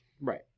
Right